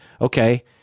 Okay